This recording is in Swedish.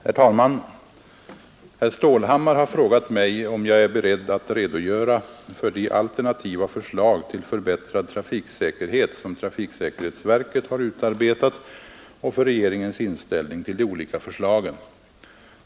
Herr talman! Herr Stålhammar har frågat mig, om jag är beredd att redogöra för de alternativa förslag till förbättrad trafiksäkerhet som trafiksäkerhetsverket har utarbetat och för regeringens inställning till de olika förslagen.